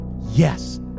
Yes